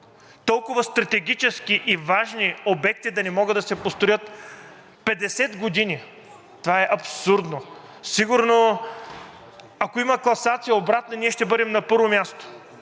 толкова стратегически и важни обекти да не могат да се построят 50 години. Това е абсурдно! Сигурно ако има обратна класация, ние ще бъдем на първо място.